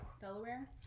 Delaware